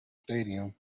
stadium